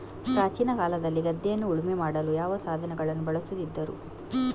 ಪ್ರಾಚೀನ ಕಾಲದಲ್ಲಿ ಗದ್ದೆಯನ್ನು ಉಳುಮೆ ಮಾಡಲು ಯಾವ ಸಾಧನಗಳನ್ನು ಬಳಸುತ್ತಿದ್ದರು?